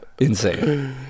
Insane